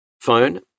phone